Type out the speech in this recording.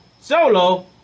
Solo